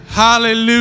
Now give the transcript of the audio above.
hallelujah